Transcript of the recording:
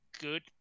good